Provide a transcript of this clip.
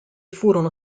furono